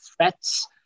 threats